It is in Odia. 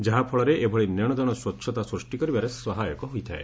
ଯାହାଫଳରେ ଏଭଳି ନେଶଦେଶ ସ୍ୱଚ୍ଚତା ସୃଷ୍ଟି କରିବାରେ ସହାୟକ ହୋଇଥାଏ